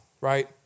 right